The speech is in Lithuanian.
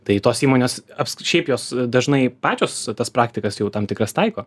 tai tos įmonės apsk šiaip jos dažnai pačios tas praktikas jau tam tikras taiko